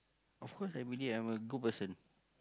of course I believe I'm a good person